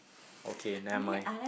okay never mind